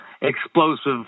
explosive